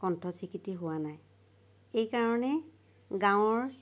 কণ্ঠ স্বিকৃতি হোৱা নাই এই কাৰণেই গাঁৱৰ